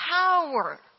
power